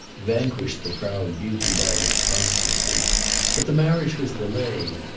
vanquished the proud beauty by his constancy but the marriage was delayed.